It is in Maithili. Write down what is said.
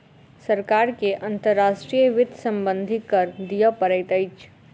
सरकार के अंतर्राष्ट्रीय वित्त सम्बन्धी कर दिअ पड़ैत अछि